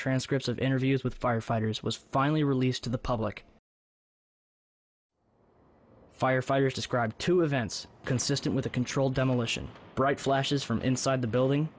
transcripts of interviews with firefighters was finally released to the public firefighters described two events consistent with a controlled demolition bright flashes from inside the building